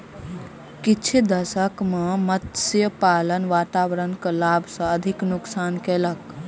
किछ दशक में मत्स्य पालन वातावरण के लाभ सॅ अधिक नुक्सान कयलक